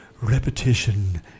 repetition